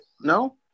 No